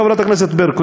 חברת הכנסת ברקו,